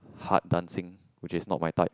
hard dancing which is not my type